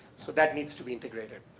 so that needs to be integrated.